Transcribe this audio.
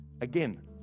Again